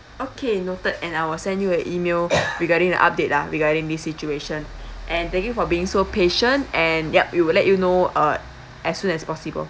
okay noted and I will send you an email regarding the update ah regarding this situation and thank you for being so patient and yup we will let you know uh as soon as possible